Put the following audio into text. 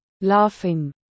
Laughing